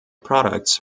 products